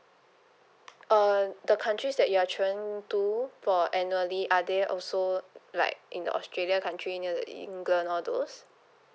uh the countries that you are travelling to for annually are they also like in the australia country near the england all those